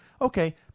Okay